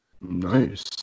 nice